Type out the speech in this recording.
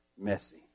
messy